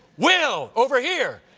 will, over here!